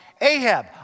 Ahab